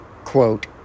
Quote